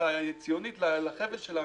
המדינית-הציונית לחבל שלנו,